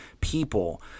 people